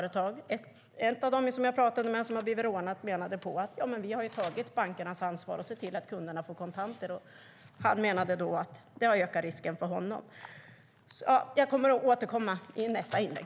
En av de butiksinnehavare som har blivit rånade sade: Vi har tagit bankernas ansvar och ser till att kunderna får kontanter. Han menade att det har ökat risken för honom. Jag återkommer i nästa inlägg.